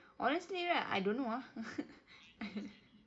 honestly right I don't know ah